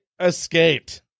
Escaped